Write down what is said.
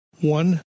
One